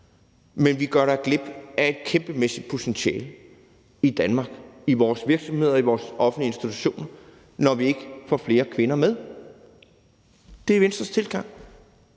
Men vi går glip af et kæmpemæssigt potentiale i Danmark i vores virksomheder og i vores offentlige institutioner, når vi ikke får flere kvinder med. Det er Venstres tilgang.